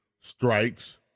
strikes